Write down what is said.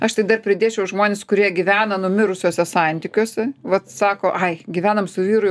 aš tik dar pridėčiau žmones kurie gyvena mirusiuose santykiuose vat sako ai gyvenam su vyru